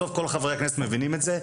בסוף כל חברי הכנסת מבינים את זה,